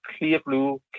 Clearblue